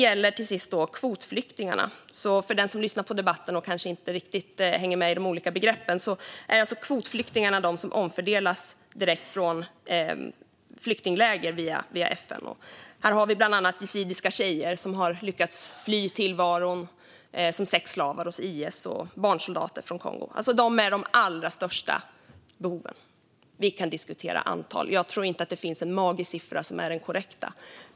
Till sist: Vad gäller kvotflyktingarna vill jag säga till den som lyssnar på debatten och kanske inte hänger med i de olika begreppen att kvotflyktingar alltså är de som omfördelas direkt från flyktingläger via FN. Där finns bland andra yazidiska tjejer som har lyckats fly tillvaron som sexslavar hos IS samt barnsoldater från Kongo. Det handlar om dem med de största behoven. Vi kan diskutera antal. Jag tror inte att det finns en magisk siffra som är den korrekta.